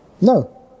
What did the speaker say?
No